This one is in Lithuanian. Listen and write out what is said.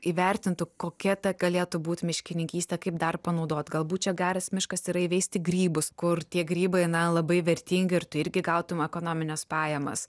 įvertintų kokia ta galėtų būt miškininkystė kaip dar panaudot galbūt čia geras miškas yra įveisti grybus kur tie grybai na labai vertingi ir tu irgi gautum ekonomines pajamas